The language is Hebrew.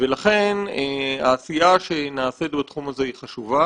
לכן העשייה שנעשית בתחום הזה היא חשובה